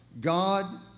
God